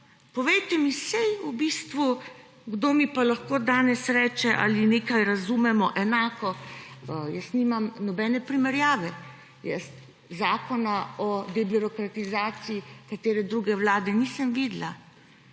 povejte mi, saj v bistvu kdo mi pa lahko danes reče, ali nekaj razumemo enako. Jaz nimam primerjave. Jaz zakona o debirokratizaciji katere druge vlade nisem videla,